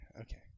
Okay